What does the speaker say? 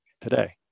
today